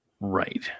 right